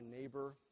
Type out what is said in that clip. neighbor